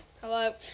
hello